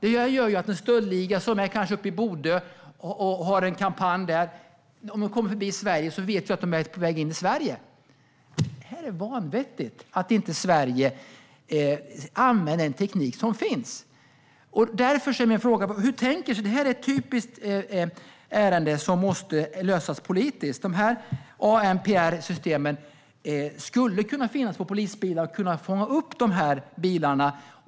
Det gör att om en stöldliga som är uppe i Bodö och har en kampanj där kommer förbi Sverige vet vi att de är på väg in i Sverige. Det är vanvettigt att Sverige inte använder den teknik som finns. Det här ett typiskt ärende som måste lösas politiskt. ANPR-systemen skulle kunna finnas på polisbilar och fånga upp de här bilarna.